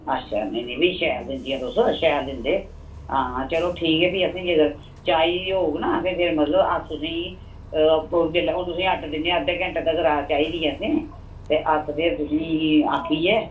अच्छा नेईं नेईं फ्ही शैल दिंदियां तुस शैल दिंदे हां चलो फ्ही ठीक ऐ फ्ही असें जैल्लै चाहिदी होग ना फेर मतलब अस तुसेंगी जेल्लै अ'ऊं तुसेंगी आर्डर दिन्ने आं अद्धे घैंटे तक्कर चाहिदी ऐ असें ते अस फेर तुसेंगी आखियै